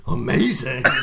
amazing